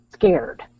Scared